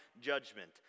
judgment